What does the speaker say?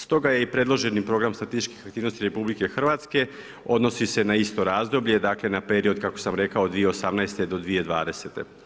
Stoga je i predloženi program statističkih aktivnosti RH odnosi se na isto razdoblje, dakle na period kako sam rekao 2018.-2020.